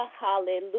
Hallelujah